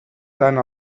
tant